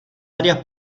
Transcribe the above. áreas